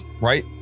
right